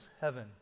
heaven